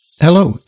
Hello